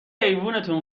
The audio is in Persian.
ایوونتون